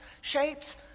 shapes